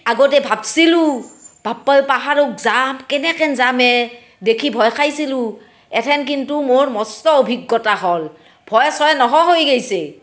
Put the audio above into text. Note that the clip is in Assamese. আগতে ভাবছিলোঁ বাপ্পা ঐ পাহাৰত যাম কেনেকেন যামে দেখি ভয় খাইছিলোঁ এথেন কিন্তু মোৰ মস্ত অভিজ্ঞতা হ'ল ভয় চয় নহ হৈ গৈছে